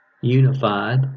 unified